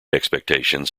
expectations